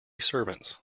servants